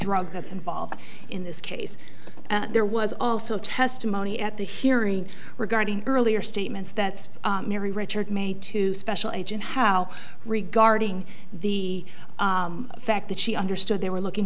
drug that's involved in this case there was also testimony at the hearing regarding earlier statements that mary richard made to special agent how regarding the fact that she understood they were looking